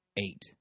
eight